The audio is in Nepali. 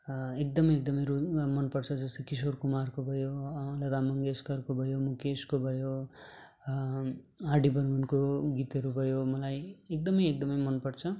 एकदमै एकदमै रुनु वा मन पर्छ जस्तै कि किशोर कुमारको भयो लता मङ्गेसकरको भयो मुकेशको भयो आर डी बर्मनको गीतहरू भयो मलाई एकदमै एकदमै मन पर्छ